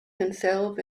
himself